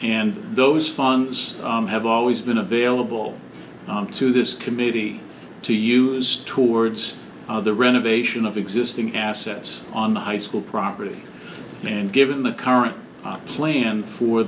and those funds have always been available to this committee to use towards the renovation of existing assets on the high school property and given the current plan for